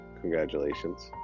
Congratulations